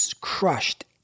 crushed